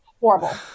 horrible